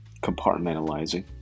compartmentalizing